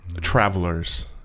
Travelers